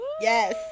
Yes